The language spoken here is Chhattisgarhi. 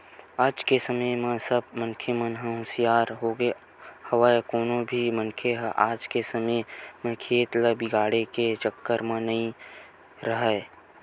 आज के समे म सब मनखे मन ह हुसियार होगे हवय कोनो भी मनखे ह आज के समे म खेत ल बिगाड़े के चक्कर म नइ राहय